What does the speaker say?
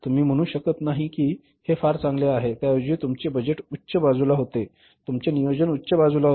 तुम्ही म्हणू शकत नाही की हे फार चांगले आहे त्याऐवजी तुमचे बजेट उच्च बाजूला होते तुमचे नियोजन उंच बाजूला होते